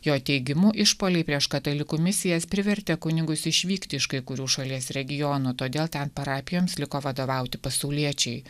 jo teigimu išpuoliai prieš katalikų misijas privertė kunigus išvykt iš kai kurių šalies regionų todėl ten parapijoms liko vadovauti pasauliečiai